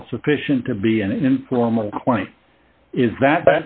health sufficient to be an informal point is that